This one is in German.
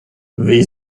wie